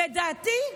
לדעתי,